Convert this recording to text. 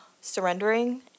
surrendering